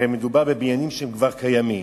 הרי מדובר בבניינים שהם כבר קיימים,